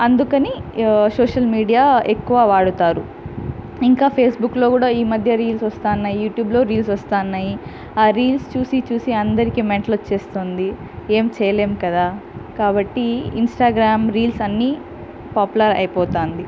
అందుకని యా social media ఎక్కువ వాడుతారు ఇంకా ఫేస్బుక్లో కూడా ఈ మధ్య రీల్స్ వస్తన్నాయి యూట్యూబ్లో రీల్స్ వస్తా ఉన్నాయి ఆ రీల్స్ చూసి చూసి అందరికీ మెంటల్ వచ్చేస్తుంది ఏం చేయలేము కదా కాబట్టి ఇంస్టాగ్రామ్ రీల్స్ అన్ని పాపులర్ అయిపోతుంది